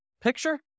picture